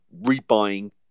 rebuying